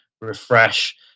refresh